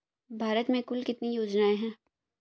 भारत में कुल कितनी योजनाएं हैं?